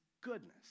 goodness